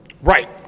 Right